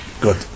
Good